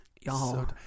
y'all